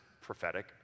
prophetic